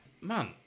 man